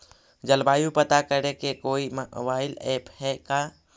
जलवायु पता करे के कोइ मोबाईल ऐप है का?